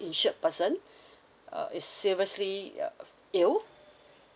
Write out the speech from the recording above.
insured person uh is seriously uh ill